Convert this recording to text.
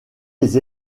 des